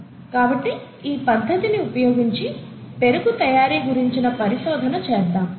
కాబట్టి ఈ పద్ధతిని ఉపయోగించి పెరుగు తయారీ గురించిన పరిశోధన చేద్దాం